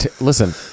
listen